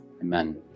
Amen